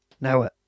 Now